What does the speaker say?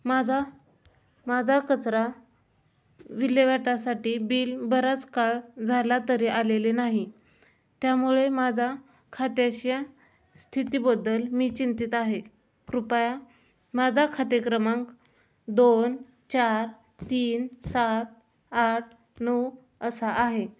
माझा माझा कचरा विल्हेवाटासाठी बिल बराच काळ झाला तरी आलेले नाही त्यामुळे माझा खात्याच्या स्थितीबद्दल मी चिंतित आहे कृपया माझा खाते क्रमांक दोन चार तीन सात आठ नऊ असा आहे